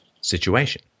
situation